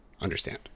understand